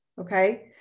okay